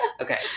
Okay